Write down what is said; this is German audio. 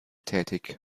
tätig